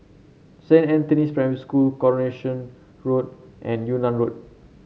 Saint Anthony's Primary School Coronation Road and Yunnan Road